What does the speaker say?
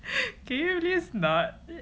can you just not